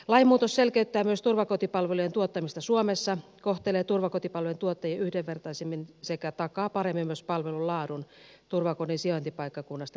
lainmuutos selkeyttää myös turvakotipalvelujen tuottamista suomessa kohtelee turvakotipalvelujen tuottajia yhdenvertaisemmin sekä takaa paremmin myös palvelun laadun turvakodin sijaintipaikkakunnasta riippumatta